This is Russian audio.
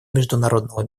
международного